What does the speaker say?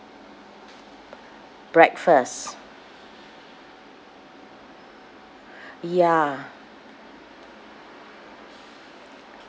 breakfast ya